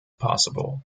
possible